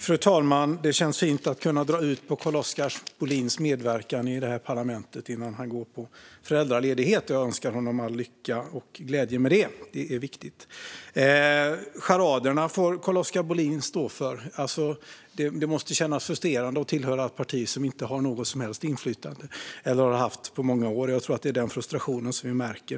Fru talman! Det känns fint att kunna dra ut på Carl-Oskar Bohlins medverkan här i parlamentet innan han går på föräldraledighet. Jag önskar honom all lycka och glädje med det. Det är viktigt. Charaderna får Carl-Oskar Bohlin stå för. Det måste kännas frustrerande att tillhöra ett parti som inte har haft något som helst inflytande på många år. Jag tror att det är den frustrationen vi märker.